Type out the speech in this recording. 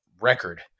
record